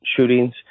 shootings